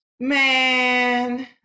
Man